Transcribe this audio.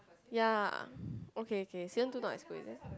ya okay okay season two is not as good is it